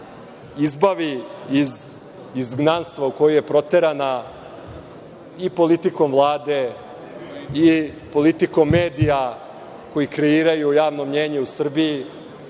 izbavi iz izgnanstva u koji je proterana i politikom Vlade i politikom medija koji kreiraju javno mnenje u Srbiji